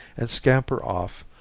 and scamper off,